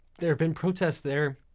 there have been protests there